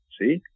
See